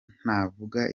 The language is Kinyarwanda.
ntavuga